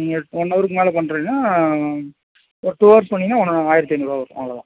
நீங்கள் ஒன் அவர்க்கு மேலே பண்ணுறீங்கனா ஒரு டூ ஹவர்ஸ் பண்ணீங்கன்னா ஆயிரத்து ஐநூறுரூவா வரும் அவ்வளோ தான்